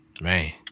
Man